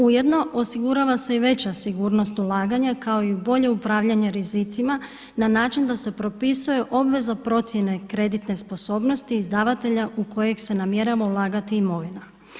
Ujedno osigurava se i veća sigurnost ulaganja kao i bolje upravljanje rizicima na način da se propisuje obveza procjena i kreditne sposobnosti izdavatelja u kojeg se namjerava ulagati imovina.